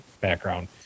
background